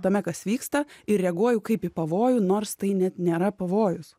tame kas vyksta ir reaguoju kaip į pavojų nors tai net nėra pavojus